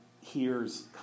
hears